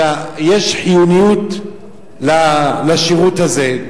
שיש חיוניות לשירות הזה,